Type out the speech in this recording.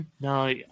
no